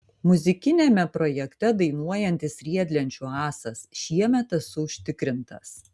muzikiniame projekte dainuojantis riedlenčių ąsas šiemet esu užtikrintas